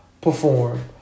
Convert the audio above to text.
Perform